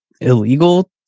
illegal